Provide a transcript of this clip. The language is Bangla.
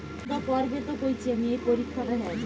মাছ চাষের জন্য কি লোন পাব?